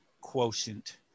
quotient